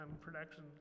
production